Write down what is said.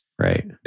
right